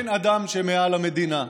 אין אדם שמעל המדינה.